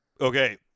Okay